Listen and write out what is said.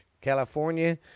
California